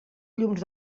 llums